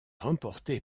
remporté